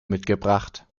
mitgebracht